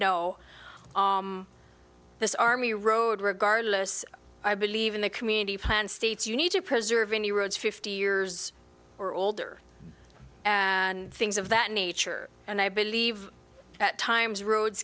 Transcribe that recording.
no this army road regardless i believe in the community plan states you need to preserve any roads fifty years or older and things of that nature and i believe at times roads